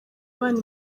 abana